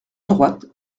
droite